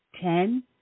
ten